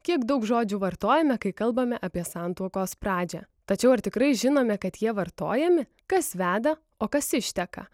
kiek daug žodžių vartojame kai kalbame apie santuokos pradžią tačiau ar tikrai žinome kad jie vartojami kas veda o kas išteka